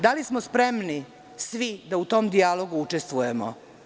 Da li smo spremni svi da u tom dijalogu učestvujemo?